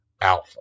alpha